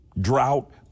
drought